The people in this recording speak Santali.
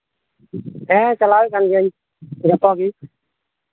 ᱦᱮᱸ ᱪᱟᱞᱟᱣᱮᱫ ᱠᱟᱱ ᱜᱤᱭᱟᱹᱧ ᱡᱷᱚᱛᱚ ᱜᱮ